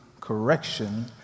correction